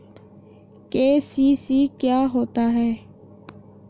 KCC क्या होता है?